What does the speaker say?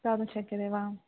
दातुं शक्यते वा